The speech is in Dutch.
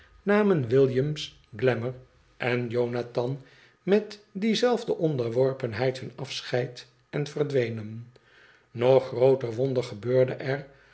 namen williams glamour en jonathan met die zelfde onderworpenheid hun afscheid en verdwenen nog grooter wonder gebeurde er